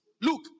Look